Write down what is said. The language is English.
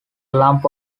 lump